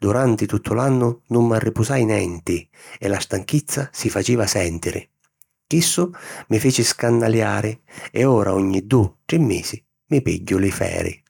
Duranti tuttu l’annu nun m'arripusai nenti e la stanchizza si faceva sèntiri. Chissu mi fici scannaliari e ora ogni dui - tri misi mi pigghiu li feri.